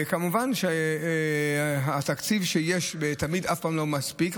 כמובן שהתקציב שיש אף פעם לא מספיק,